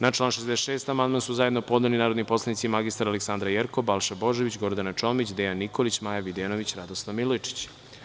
Na član 66. amandman su zajedno podneli narodni poslanici mr Aleksandra Jerkov, Balša Božović, Gordana Čomić, Dejan Nikolić, Maja Videnović i Radoslav Milojičić.